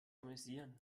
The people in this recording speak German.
amüsieren